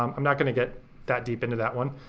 i'm not gonna get that deep into that one.